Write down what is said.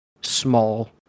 small